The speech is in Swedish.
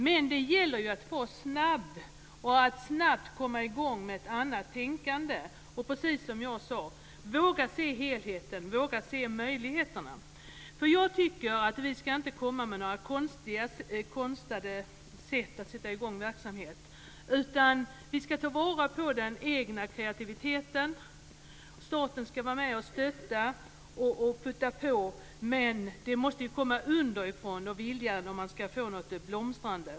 Men det gäller ju att snabbt komma i gång med ett annat tänkande och, precis som jag sade, våga se helheten och möjligheterna. Jag tycker nämligen att vi inte ska komma med några konstlade sätt att sätta i gång verksamheter, utan vi ska ta vara på människors egen kreativitet. Staten ska vara med och stötta, men viljan måste ju komma underifrån om man ska få något att blomstra.